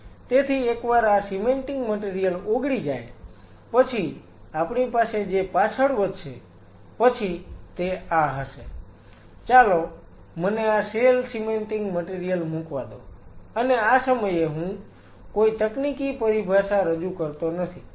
તેથી એકવાર આ સીમેન્ટિંગ મટીરીયલ ઓગળી જાય પછી આપણી પાસે જે પાછળ વધશે પછી તે આ હશે ચાલો મને આ સેલ સીમેન્ટિંગ મટીરીયલ મુકવા દો અને આ સમયે હું કોઈ તકનીકી પરિભાષા રજૂ કરતો નથી